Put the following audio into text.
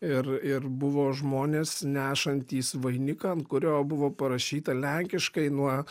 ir ir buvo žmonės nešantys vainiką ant kurio buvo parašyta lenkiškai nuo